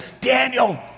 Daniel